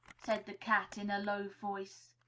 said the cat in a low voice.